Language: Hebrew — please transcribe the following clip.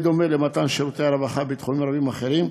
בדומה למתן שירותי רווחה בתחומים רבים אחרים,